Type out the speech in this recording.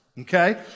Okay